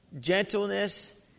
gentleness